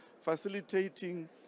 facilitating